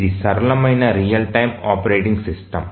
ఇది సరళమైన real time operating system